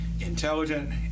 intelligent